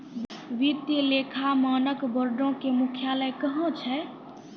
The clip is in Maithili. वित्तीय लेखा मानक बोर्डो के मुख्यालय कहां छै?